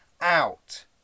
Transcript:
out